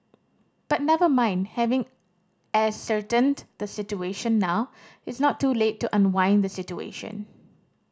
but never mind having ascertained the situation now it's not too late to unwind the situation